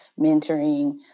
mentoring